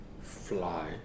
fly